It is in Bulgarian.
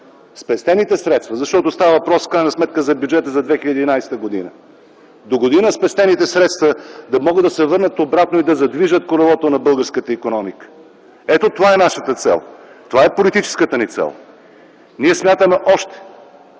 спестените средства, защото става въпрос за бюджета за 2011 г., догодина спестените средства да могат да се върнат обратно и да задвижат колелото на българската икономика. Ето това е нашата цел, това е политическата ни цел. Ние смятаме още,